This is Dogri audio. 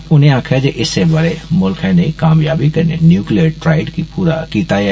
उने आक्खेआ जे इस्सै ब'रै मुल्खै ने कामयाबी कन्नै न्यूकिल्यर ट्राइऽ गी पूरा कीता ऐ